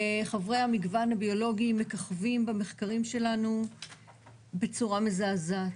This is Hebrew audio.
חברי המגוון הביולוגי מככבים במחקרים שלנו בצורה מזעזעת.